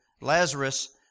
Lazarus